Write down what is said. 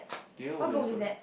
do you know about that story